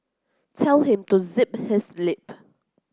tell him to zip his lip